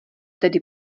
tedy